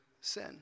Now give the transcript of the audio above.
sin